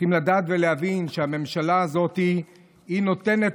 צריכים לדעת ולהבין שהממשלה הזאת נותנת